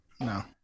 No